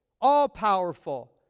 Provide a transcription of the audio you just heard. all-powerful